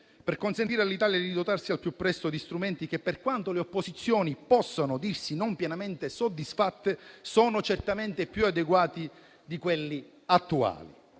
per consentire all'Italia di dotarsi al più presto di strumenti che, per quanto le opposizioni possano dirsi non pienamente soddisfatte, sono certamente più adeguati di quelli attuali.